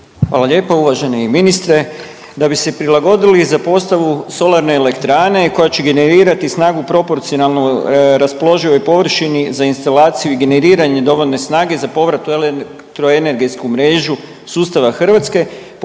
Hvala lijepo. Uvaženi ministre, da bi se prilagodili i za postavu solarne elektrane koja će generirati snagu proporcionalno raspoloživoj površini za instalaciju i generiranje dovoljne snage za povrat u elektroenergetsku mrežu sustava Hrvatske